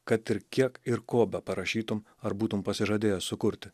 kad ir kiek ir ko beparašytum ar būtum pasižadėjęs sukurti